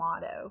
motto